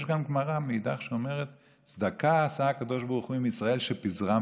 יש גם גמרא שאומרת: "צדקה עשה הקדוש ברוך הוא לישראל שפזרן